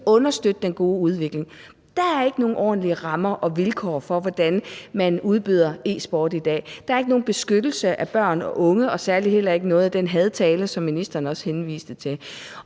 vi kan understøtte den gode udvikling. Der er ikke nogen ordentlige rammer og vilkår for, hvordan man udbyder e-sport i dag. Der er ikke nogen beskyttelse af børn og unge og særlig heller ikke i forhold til noget af den hadtale, som ministeren også henviste til,